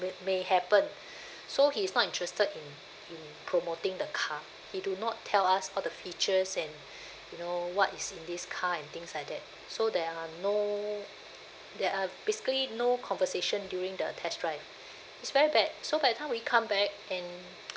may may happen so he's not interested in in promoting the car he do not tell us all the features and you know what is in this car and things like that so there are no there are basically no conversation during the test drive it's very bad so by the time we come back and